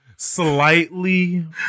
Slightly